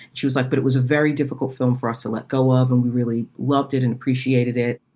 she was like, but it was a very difficult film for us to let go of. and we really loved it and appreciated it.